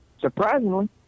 Surprisingly